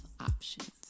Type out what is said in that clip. Options